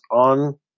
on